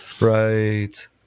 Right